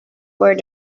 where